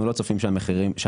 זה